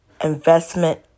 investment